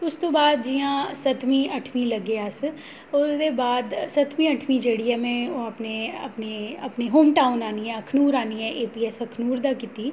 उ'स्स तों बाद जि'यां सत्तमीं अट्ठमीं लग्गे अस ओह्दे बाद सत्तमी अट्ठमीं जेह्ड़ी ऐ में ओह् अपने अपने अपने होम टाऊन आह्न्नियै अखनूर आह्न्नियै एपीऐस्स अखनूर दा कीती